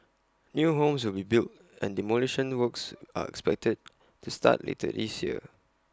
new homes will be built and demolition works are expected to start later this year